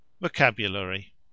vocabulary